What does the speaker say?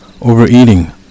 overeating